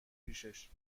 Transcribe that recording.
پیشش